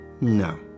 No